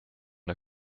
der